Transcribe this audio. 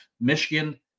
Michigan